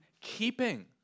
keeping